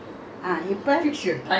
looking up authorities and all that